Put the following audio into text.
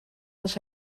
was